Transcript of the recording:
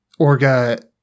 Orga